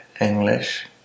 English